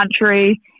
country